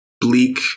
bleak